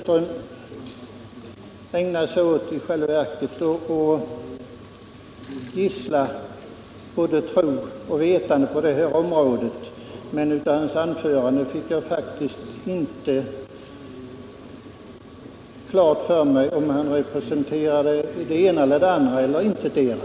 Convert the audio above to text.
I själva verket ägnade sig herr Söderström åt att gissla både tro och vetande på detta område, men av hans anförande fick jag faktiskt inte klart för mig om han representerar det ena eller det andra — eller intetdera.